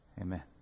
Amen